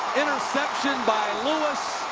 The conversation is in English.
interception by lewis.